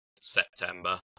september